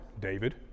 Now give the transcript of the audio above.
David